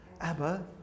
Abba